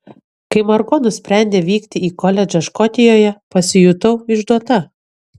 kai margo nusprendė vykti į koledžą škotijoje pasijutau išduota